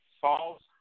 false